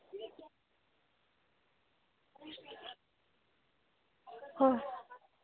ᱦᱚᱸ